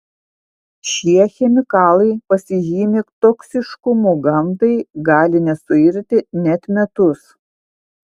šie chemikalai pasižymi toksiškumu gamtai gali nesuirti net metus